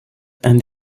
and